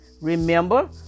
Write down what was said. Remember